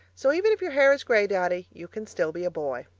so even if your hair is grey, daddy, you can still be a boy.